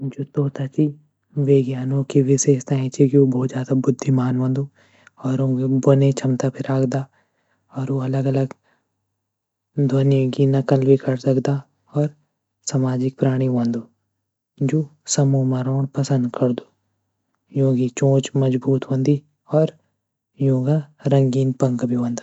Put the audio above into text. जो तोता छ वे की अनोखी विशेषता छ की वो बहुत ज्यादा बुद्धिमान होन्दु. और वो बोलने की क्षमता भी रख्दा. वो अलग अलग ध्वनियो की नक़ल भी करी सकदा. और सामाजिक प्राणी होन्दु जु समुह म रओं पसंद करदु. यो की चोंच मजबूत होंदी और युंका रंगीन पंख होंद.